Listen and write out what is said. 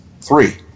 Three